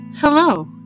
Hello